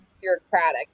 bureaucratic